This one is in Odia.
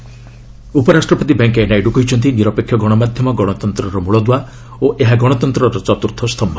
ନାଇଡୁ ଉପରାଷ୍ଟପତି ଭେଙ୍କିୟା ନାଇଡ଼ କହିଛନ୍ତି ନିରପେକ୍ଷ ଗଣମାଧ୍ୟମ ଗଣତନ୍ତ୍ରର ମଳଦୂଆ ଓ ଏହା ଗଣତନ୍ତ୍ରର୍ଥ ସ୍ତମ୍ଭ